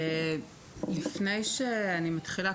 לפני שאני מתחילה,